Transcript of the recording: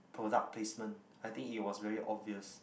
product placement I think it was very obvious